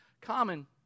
common